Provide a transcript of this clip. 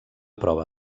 prova